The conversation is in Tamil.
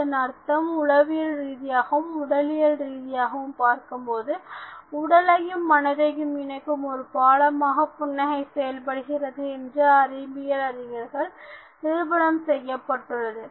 அதன் அர்த்தம் உளவியல் ரீதியாகவும் உடலியல் ரீதியாகவும் பார்க்கும் பொழுது உடலையும் மனதையும் இணைக்கும் ஒருபாலமாக புன்னகை செயல்படுகிறது என்று அறிவியல் அறிஞர்களால் நிரூபணம் செய்யப்பட்டுள்ளது